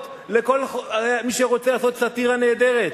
לכל מי שרוצה לעשות סאטירה נהדרת.